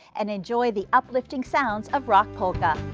and enjoy the uplifting sounds of rock polka.